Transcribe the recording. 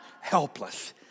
helpless